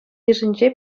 йышӗнче